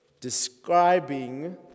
describing